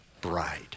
bride